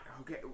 Okay